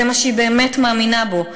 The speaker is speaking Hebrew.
זה מה שהיא באמת מאמינה בו.